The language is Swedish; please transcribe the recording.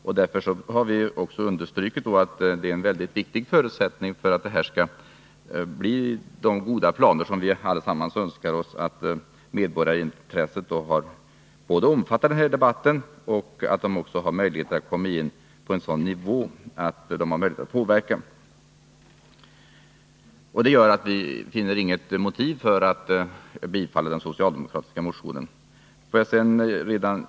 Vi har därför också understrukit att en mycket viktig förutsättning för att det skall bli de goda planer som vi allesammans önskar oss är att medborgarintresset både får göra sig gällande i denna debatt och får möjligheter att komma in på en sådan nivå där intresset kan utöva viss påverkan. Detta gör att vi inte finner något motiv för att bifalla den socialdemokratiska motionen.